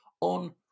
on